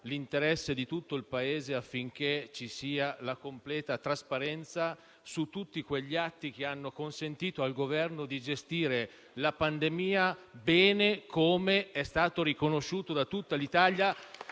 l'interesse di tutto il Paese affinché ci sia la completa trasparenza su tutti quegli atti che hanno consentito al Governo di gestire la pandemia bene, come è stato riconosciuto all'Italia